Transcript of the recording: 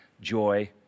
Joy